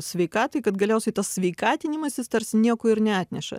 sveikatai kad galiausiai tas sveikatinimasis tarsi nieko ir neatneša